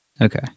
Okay